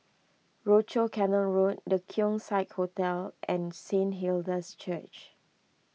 Rochor Canal Road the Keong Saik Hotel and Saint Hilda's Church